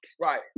Right